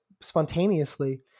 spontaneously